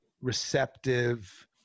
receptive